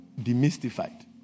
Demystified